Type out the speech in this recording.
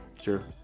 Sure